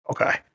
Okay